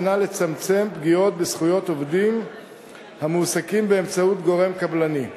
היא לצמצם פגיעות בזכויות עובדים המועסקים באמצעות גורם קבלני.